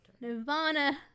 Nirvana